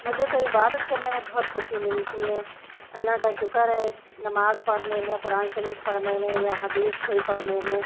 مجھے تو عبادت کرنے میں بہت خوشی ملتی ہے اللّہ کا شکر ہے نماز پڑھنے میں قرآن شریف پڑھنے میں یا حدیث کوئی پڑھنے میں